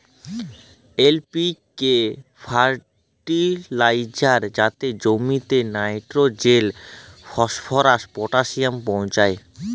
LPK fertiliser যাতে জমিতে nitrogen, phosphorus, potassium পৌঁছায়